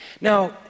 Now